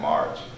March